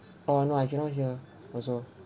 oh no I cannot hear also